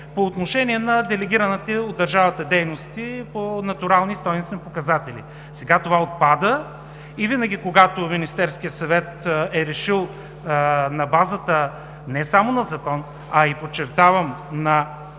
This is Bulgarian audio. по отношение на делегираните от държавата дейности по натурални и стойностни показатели. Сега това отпада и винаги когато Министерският съвет е решил на базата не само на закон, а и, подчертавам, на